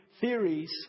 theories